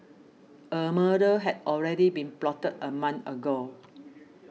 a murder had already been plotted a month ago